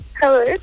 Hello